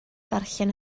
ddarllen